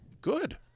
Good